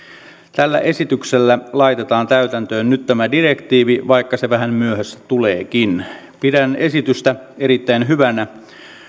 tällä esityksellä laitetaan täytäntöön nyt tämä direktiivi vaikka se vähän myöhässä tuleekin pidän esitystä erittäin hyvänä